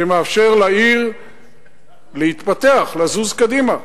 שמאפשר לעיר להתפתח, לזוז קדימה,